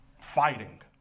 fighting